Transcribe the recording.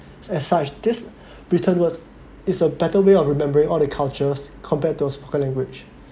as such this written words is a better way of remembering all the cultures compared to a spoken language